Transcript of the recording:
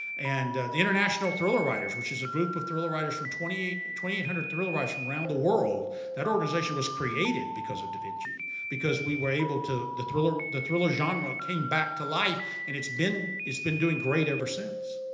and the international thriller writers, which is a group of thriller writers from twenty eight two thousand eight hundred thriller writers from around the world that organization was created because of da vinci. because we were able to the thriller the thriller genre came back to life and its been its been doing great ever since.